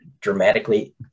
dramatically